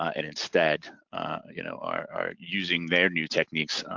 and instead you know are using their new techniques,